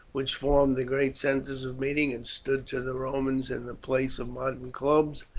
which formed the great centres of meeting, and stood to the romans in the place of modern clubs,